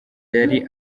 yari